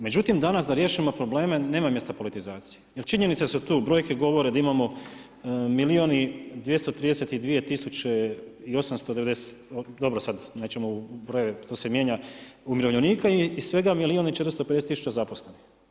Međutim danas da riješimo probleme nema mjesta politizaciji jer činjenice su tu, brojke govore da imamo milijun i 232 tisuće i dobro sada nećemo u brojeve to se mijenja umirovljenika i svega milijun i 450 tisuća zaposlenih.